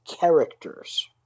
characters